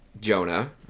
jonah